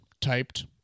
typed